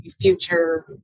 future